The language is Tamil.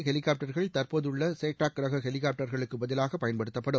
ஹெலிகாப்டர்கள் தற்போதுள்ள சேட்டாக் ரக ஹெலிகாப்டர்களுக்கு பதிலாக இந்த புதிய பயன்படுத்தப்படும்